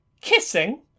Kissing